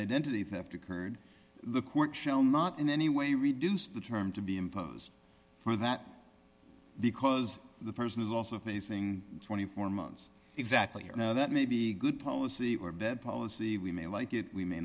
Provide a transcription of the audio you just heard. identity theft occurred the court shall not in any way reduce the term to be imposed for that because the person is also facing twenty four months exactly that may be good policy or bad policy we may like it we may